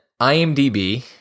IMDb